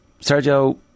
Sergio